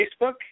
Facebook